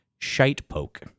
Shitepoke